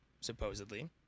supposedly